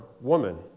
woman